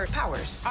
powers